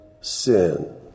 sin